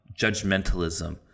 judgmentalism